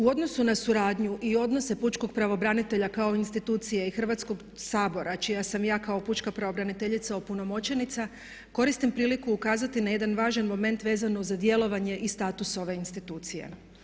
U odnosu na suradnju i odnose pučkog pravobranitelja kao institucije i Hrvatskog sabora čija sam ja kao pučka pravobraniteljica opunomoćenica koristim priliku ukazati na jedan važan moment vezano za djelovanje i status ove institucije.